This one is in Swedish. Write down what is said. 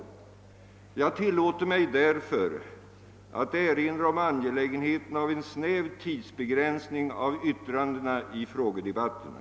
Jag tillåter mig därför att erinra om angelägenheten av en snäv tidsbegränsning av yttrandena i frågedebatterna.